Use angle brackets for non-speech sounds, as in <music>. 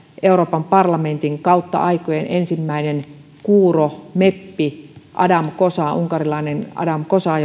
euroopan parlamentin kautta aikojen ensimmäinen kuuro meppi unkarilainen adam kosa <unintelligible>